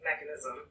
mechanism